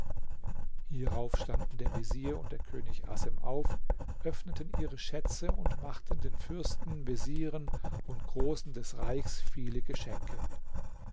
hierauf standen der vezier und der könig assem auf öffneten ihre schätze und machten den fürsten vezieren und großen des reichs viele geschenke